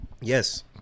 Yes